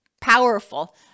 powerful